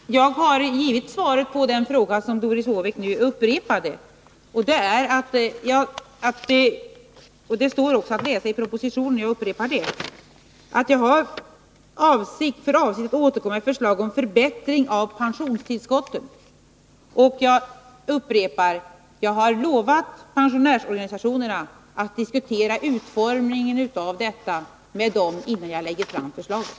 Herr talman! Jag har redan givit svaret på den fråga som Doris Håvik nu upprepade och kan än en gång säga att svaret också kan läsas i propositionen. Jag har alltså för avsikt att återkomma med förslag om en förbättring av pensionstillskotten. Jag upprepar att jag har lovat pensionärsorganisationerna att diskutera utformningen, innan jag lägger fram förslaget.